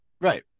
Right